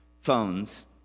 phones